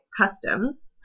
customs